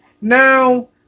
Now